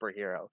superhero